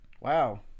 Wow